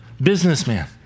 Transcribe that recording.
businessman